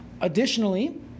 Additionally